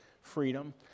freedom